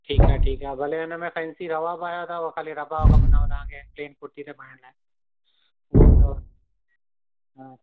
ठीकु आहे ठीकु आहे भले हिन में फेन्सी रवा बि आया अथव हू ख़ाली रवा खपनिव तव्हां खे ड्रेस कुर्ती ते पाइणु लाए हूओ बि अथव हा